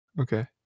Okay